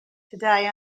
today